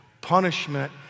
Punishment